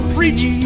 reach